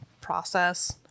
process